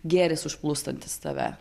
gėris užplūstantis tave